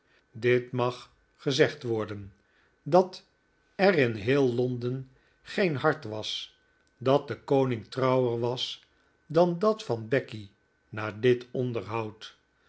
dit mag gezegd worden dat er in heel londen geen hart was dat den koning trouwer was dan dat van becky na dit onderhoud